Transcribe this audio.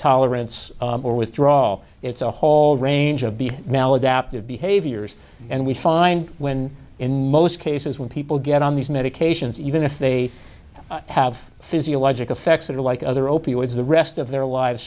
tolerance or withdrawal it's a hall range of be maladaptive behaviors and we find when in most cases when people get on these medications even if they have physiological effects that are like other opioids the rest of their lives